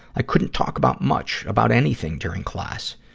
i couldn't talk about much, about anything during class.